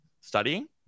studying